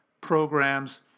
programs